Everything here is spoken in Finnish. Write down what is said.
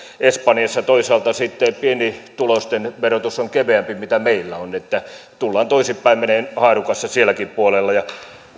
espanjassa toisaalta sitten pienituloisten verotus on keveämpi kuin meillä että tullaan toisin päin menemään haarukassa sielläkin puolella